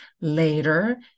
later